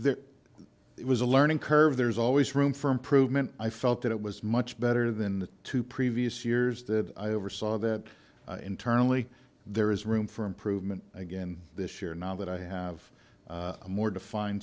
it was a learning curve there's always room for improvement i felt that it was much better than the two previous years that i oversaw that internally there is room for improvement again this year now that i have a more defined